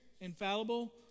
infallible